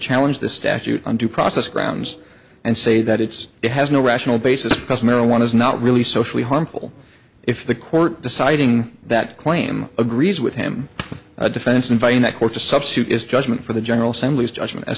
challenge the statute under process grounds and say that it's it has no rational basis because marijuana is not really socially harmful if the court deciding that claim agrees with him a defense inviting that court to substitute is judgment for the general as